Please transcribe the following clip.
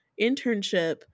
internship